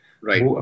Right